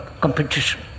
competition